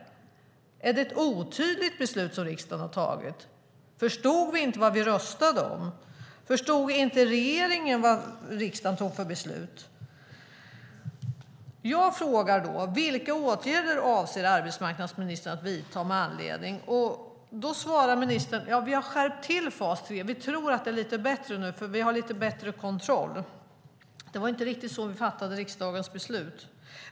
Är det ett otydligt beslut som riksdagen har fattat? Förstod vi inte vad vi röstade om? Förstod inte regeringen vad riksdagen fattade för beslut? Jag frågar då: Vilka åtgärder avser arbetsmarknadsministern att vidta med anledning av detta. Då svarar ministern: Ja, vi har skärpt till fas 3. Vi tror att det är lite bättre nu, för vi har lite bättre kontroll. Det var inte riktigt så riksdagens beslut var.